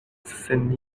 sen